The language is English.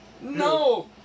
No